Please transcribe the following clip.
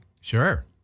Sure